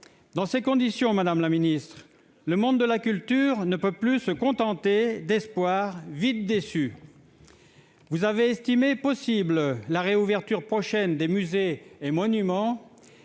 Dans ces conditions, madame la ministre, le monde de la culture ne peut plus se contenter d'espoirs vite déçus. Vous avez estimé possible la réouverture prochaine des musées et monuments.